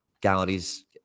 galleries